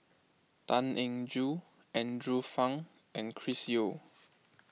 Tan Eng Joo Andrew Phang and Chris Yeo